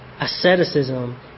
asceticism